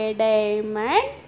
diamond